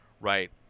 right